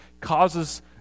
causes